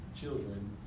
children